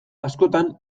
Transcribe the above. askotan